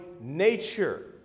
nature